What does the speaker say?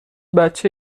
بچه